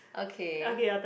okay